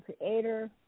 Creator